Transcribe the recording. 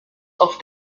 auf